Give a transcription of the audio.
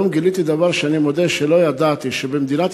היום גיליתי דבר שאני מודה שלא ידעתי: שבמדינת